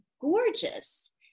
gorgeous